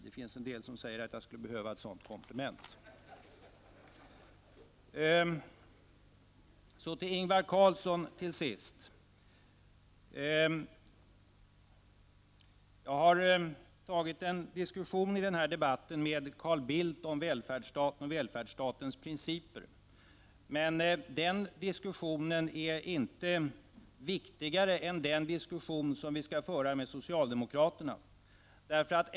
Det finns en del som säger att jag skulle behöva ett sådant komplement. Till sist vill jag vända mig till Ingvar Carlsson. Jag har fört en diskussion i denna debatt med Carl Bildt om välfärdsstaten och välfärdsstatens principer. Men den diskussionen är inte viktigare än den diskussion som vi skall föra med socialdemokraterna.